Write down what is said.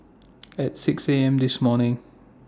At six A M This morning